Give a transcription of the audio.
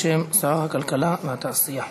בשם שר הכלכלה והתעשייה.